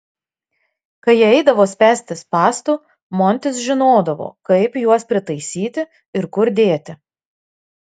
kai jie eidavo spęsti spąstų montis žinodavo kaip juos pritaisyti ir kur dėti